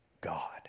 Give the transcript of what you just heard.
God